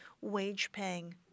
wage-paying